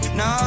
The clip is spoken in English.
no